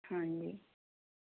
ਹਾਂਜੀ